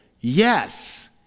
Yes